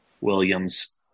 Williams